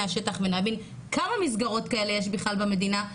השטח ונבין כמה מסגרות כאלה יש בכלל במדינה,